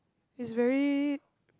is very